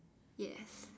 yes